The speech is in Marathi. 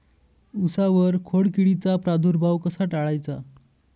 उसावर खोडकिडीचा प्रादुर्भाव कसा टाळायचा?